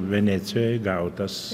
venecijoj gautas